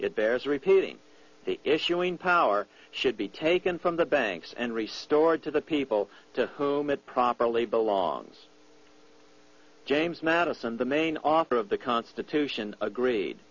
it bears repeating the issuing power should be taken from the banks and resort to the people to whom it properly belongs james madison the main author of the constitution agreed